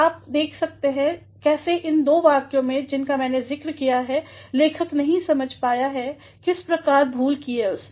आप देख सकते हैं कैसे इन दो वाक्यों में जिनका मैने ज़िक्र किया है लेखक नहीं समझ पाया है किस प्रकार भूल की है उसने